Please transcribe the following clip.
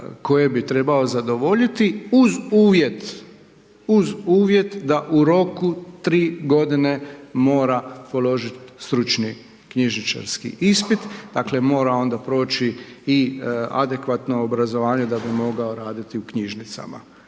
koje bi trebao zadovoljiti uz uvjet da u roku 3 godine mora položiti stručni knjižničarski ispit, dakle mora onda proći i adekvatno obrazovanje da bi mogao raditi u knjižnicama.